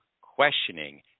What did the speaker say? questioning